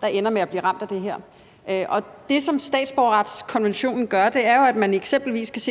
der ender med at blive ramt af det her. Der er i forbindelse med statsborgerretskonventionen